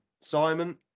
Simon